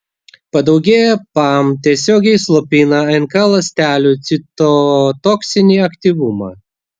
padaugėję pam tiesiogiai slopina nk ląstelių citotoksinį aktyvumą